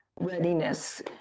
readiness